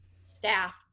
staff